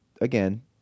again